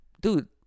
dude